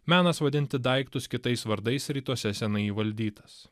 menas vadinti daiktus kitais vardais rytuose seniai įvaldytas